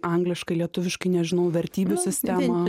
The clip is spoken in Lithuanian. angliškai lietuviškai nežinau vertybių sistemą